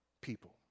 people